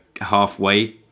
halfway